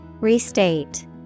Restate